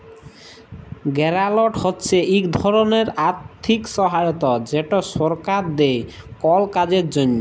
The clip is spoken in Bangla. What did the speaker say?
গেরালট হছে ইক ধরলের আথ্থিক সহায়তা যেট সরকার দেই কল কাজের জ্যনহে